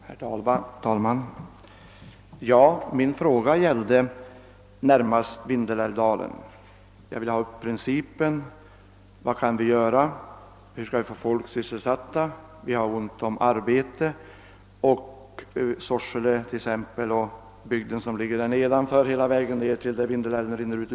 Herr talman! Ja, min fråga gällde närmast Vindelälvsdalen. Jag ville diskutera principen. Vad kan vi göra? Hur skall vi få folk sysselsatta? Vi har ont om arbete, och sysselsättningstillfällen behövs t.ex. i Sorsele och bygden som ligger nedanför till den punkt där Vindelälven rinner ut.